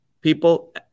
people